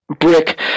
brick